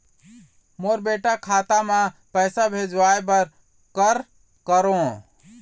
मोर बेटा खाता मा पैसा भेजवाए बर कर करों?